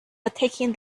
attacking